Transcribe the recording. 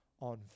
on